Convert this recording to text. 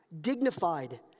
dignified